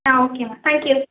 ஆ ஓகேம்மா thank you